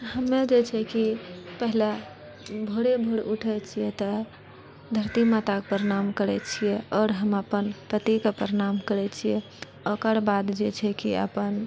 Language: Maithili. हमे जे छै कि पहिले भोरे भोर उठए छिऐ तऽ धरती माताके प्रणाम करैत छिऐ आओर हम अपन पतिके प्रणाम करैत छिऐ ओकर बाद जे छै कि अपन